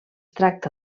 tracta